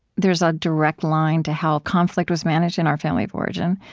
there's a direct line to how conflict was managed in our family of origin,